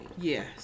Yes